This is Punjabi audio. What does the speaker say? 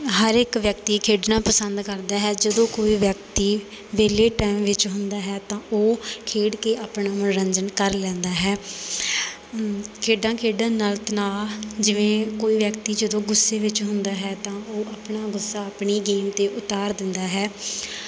ਹਰ ਇੱਕ ਵਿਅਕਤੀ ਖੇਡਣਾ ਪਸੰਦ ਕਰਦਾ ਹੈ ਜਦੋਂ ਕੋਈ ਵਿਅਕਤੀ ਵਿਹਲੇ ਟੈਮ ਵਿੱਚ ਹੁੰਦਾ ਹੈ ਤਾਂ ਉਹ ਖੇਡ ਕੇ ਆਪਣਾ ਮਨੋਰੰਜਨ ਕਰ ਲੈਂਦਾ ਹੈ ਖੇਡਾਂ ਖੇਡਣ ਨਾਲ ਤਨਾਅ ਜਿਵੇਂ ਕੋਈ ਵਿਅਕਤੀ ਜਦੋਂ ਗੁੱਸੇ ਵਿੱਚ ਹੁੰਦਾ ਹੈ ਤਾਂ ਉਹ ਆਪਣਾ ਗੁੱਸਾ ਆਪਣੀ ਗੇਮ 'ਤੇ ਉਤਾਰ ਦਿੰਦਾ ਹੈ